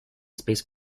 space